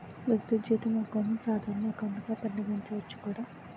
వ్యక్తులు జీతం అకౌంట్ ని సాధారణ ఎకౌంట్ గా పరిగణించవచ్చు కూడా